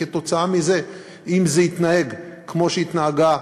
כתוצאה מזה, אם זה יתנהג כמו שהתנהגו